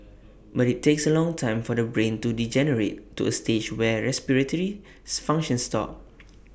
but IT takes A long time for the brain to degenerate to A stage where respiratory functions stop